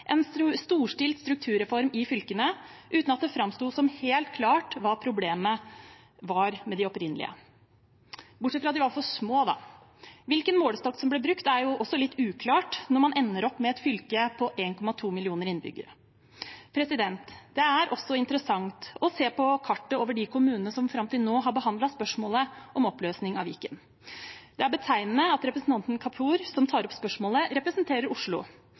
en storstilt strukturreform i fylkene, uten at det framsto som helt klart hva problemet var med de opprinnelige – bortsett fra at de var for små, da. Hvilken målestokk som ble brukt, er også litt uklart når man endte opp med et fylke på 1,2 millioner innbyggere. Det er også interessant å se på kartet over de kommunene som fram til nå har behandlet spørsmålet om oppløsning av Viken. Det er betegnende at representanten Kapur, som tar opp spørsmålet, representerer Oslo,